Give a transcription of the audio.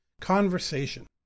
Conversation